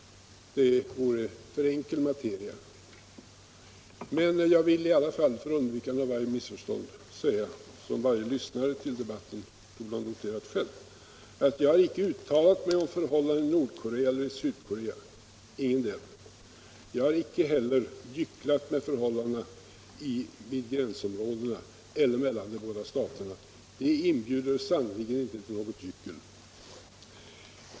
För undvikande av värre missförstånd vill jag i alla fall framhålla, vilket varje lyssnare till debatten torde ha noterat själv, att jag icke har uttalat mig om förhållanden i Nordkorca eller i Sydkorea. Jag har icke heller gycklat med förhållandena i gränsområdet mellan de båda staterna. De inbjuder sannerligen inte till något gyckel.